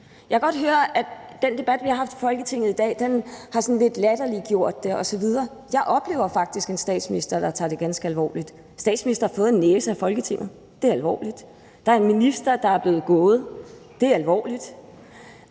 Jeg kan godt høre, at den debat, vi har haft i Folketinget i dag, sådan har latterliggjort det lidt osv. Jeg oplever faktisk en statsminister, der tager det ganske alvorligt. Statsministeren har fået en næse af Folketinget. Det er alvorligt. Der er en minister, der er blevet gået. Det er alvorligt.